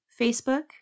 Facebook